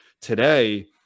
today